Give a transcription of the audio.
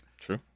True